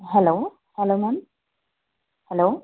hello hello ma'am hello